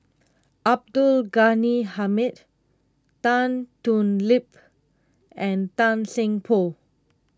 Abdul Ghani Hamid Tan Thoon Lip and Tan Seng Poh